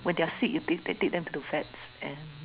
when they're sick you take take them to vets and